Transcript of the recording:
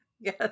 Yes